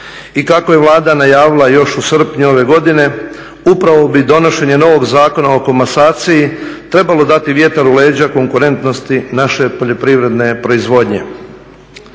I kako je Vlada najavila još u srpnju ove godine upravo bi donošenje novog Zakona o komasaciji trebalo dati vjetar u leđa konkurentnosti naše poljoprivredne proizvodnje.